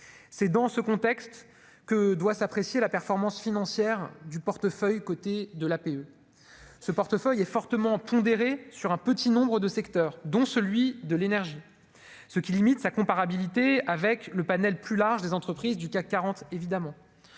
c'est dans ce contexte que doit s'apprécier la performance financière du portefeuille coté de l'APE ce portefeuille est fortement pondéré sur un petit nombre de secteurs, dont celui de l'énergie, ce qui limite sa comparabilité avec le panel plus large des entreprises du CAC 40 évidemment